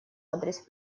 адрес